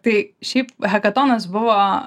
tai šiaip katonas buvo